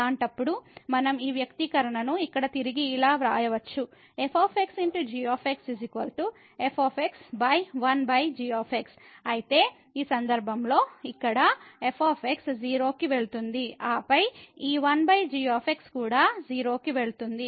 అలాంటప్పుడు మనం ఈ వ్యక్తీకరణను ఇక్కడ తిరిగి ఇలా వ్రాయవచ్చు f × g f1g అయితే ఈ సందర్భంలో ఇక్కడ f 0 కి వెళుతుంది ఆపై ఈ 1g కూడా 0 కి వెళుతుంది